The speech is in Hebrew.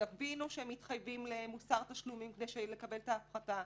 יבינו שהם מתחייבים למוסר תשלומים כדי לקבל את ההפחתה,